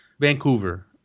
Vancouver